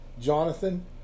Jonathan